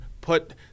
put